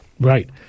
Right